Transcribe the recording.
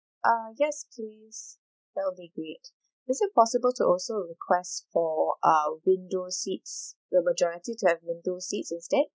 uh yes please that'll be great is it possible to also request for uh window seats the majority to have window seats instead